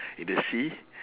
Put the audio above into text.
in the sea